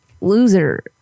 Loser